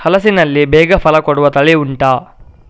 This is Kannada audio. ಹಲಸಿನಲ್ಲಿ ಬೇಗ ಫಲ ಕೊಡುವ ತಳಿ ಉಂಟಾ